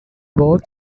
both